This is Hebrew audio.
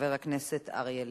חבר הכנסת אריה אלדד.